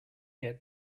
get